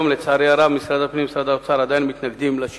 זאת בניגוד לשאר מוסדות הדת למיניהם הפטורים מתשלום זה.